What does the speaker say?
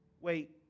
wait